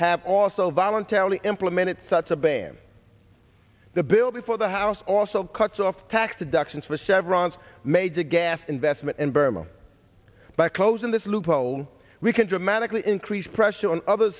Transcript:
have also voluntarily implemented such a ban the bill before the house also cuts of tax deductions for chevrons major gas investment in burma by closing this loophole we can dramatically increase pressure on other